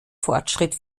fortschritt